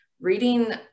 reading